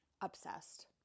Obsessed